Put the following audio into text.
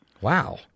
Wow